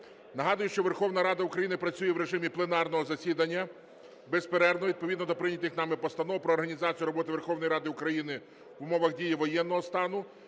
Нагадую, що Верховна Рада України працює в режимі пленарного засідання безперервно відповідно до прийнятих нами постанов: про організацію роботи Верховної Ради України в умовах дії воєнного стану